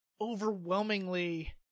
overwhelmingly